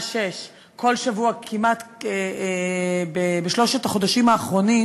18:00 כמעט כל שבוע בשלושת החודשים האחרונים,